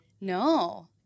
No